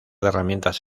herramientas